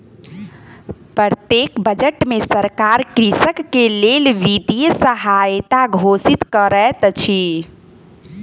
प्रत्येक बजट में सरकार कृषक के लेल वित्तीय सहायता घोषित करैत अछि